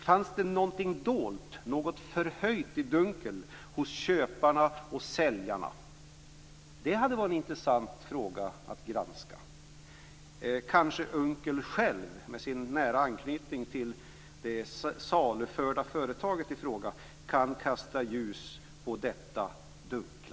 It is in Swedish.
Fanns det någonting dolt, någonting förhöljt i dunkel, hos köparna och säljarna? Detta hade det varit intressant att granska. Kanske Unckel själv med sin nära anknytning till det saluförda företaget i fråga kan kasta ljus över detta dunkla.